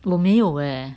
我没有 leh